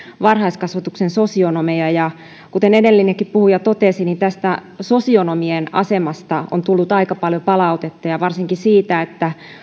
varhaiskasvatuksen sosionomeja kuten edellinenkin puhuja totesi niin tästä sosionomien asemasta on tullut aika paljon palautetta ja varsinkin siitä